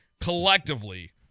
collectively